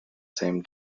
same